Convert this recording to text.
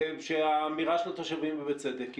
שהאמירה של התושבים ובצדק היא,